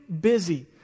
busy